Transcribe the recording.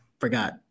forgot